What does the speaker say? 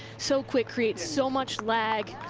so quick, creates so much lag.